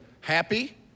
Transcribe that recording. happy